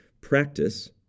practice